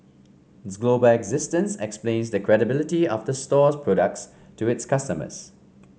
its global existence explains the credibility of the store's products to its customers